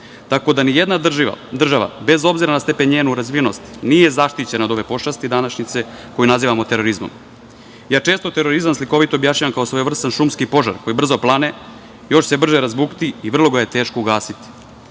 Tako da ni jedna država, bez obzira na stepen i njenu razvijenost. Nije zaštićena od ove pošasti današnjice koji nazivamo terorizmom. Ja često terorizam slikovito objašnjavam, kao svojevrsan šumski požar koji brzo plane, još se brže razbukti i vrlo ga je teško ugasiti.